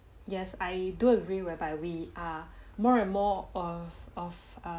yes I do agree whereby we are more and more of of uh